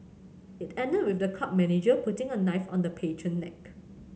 it ended with the club manager putting a knife on the patron neck